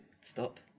stop